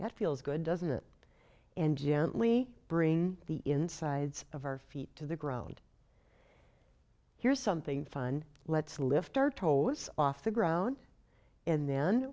that feels good doesn't it and gently bring the insides of our feet to the ground here's something fun let's lift our told us off the ground and then